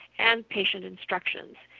and patient instructions.